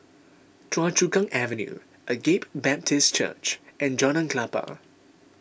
Choa Chu Kang Avenue Agape Baptist Church and Jalan Klapa